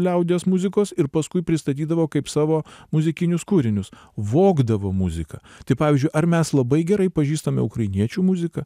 liaudies muzikos ir paskui pristatydavo kaip savo muzikinius kūrinius vogdavo muziką tai pavyzdžiui ar mes labai gerai pažįstame ukrainiečių muziką